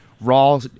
Raw